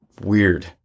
weird